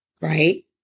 right